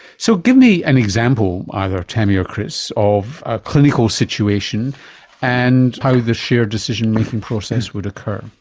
so give me an example, either tammy or chris, of a clinical situation and how the shared decision making process would occur.